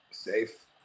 Safe